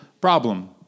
problem